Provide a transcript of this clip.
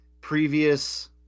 previous